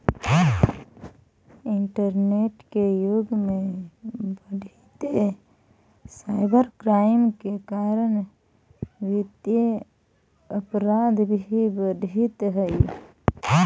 internet के युग में बढ़ीते साइबर क्राइम के कारण वित्तीय अपराध भी बढ़ित हइ